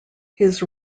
his